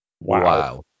wow